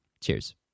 Cheers